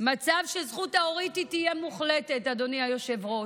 מצב שהזכות ההורית תהיה מוחלטת, אדוני היושב-ראש.